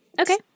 Okay